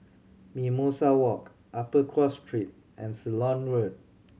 Mimosa Walk Upper Cross Street and Ceylon Road